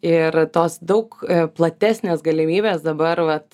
ir tos daug platesnės galimybės dabar vat